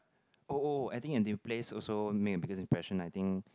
oh oh I think place also make the biggest impression I think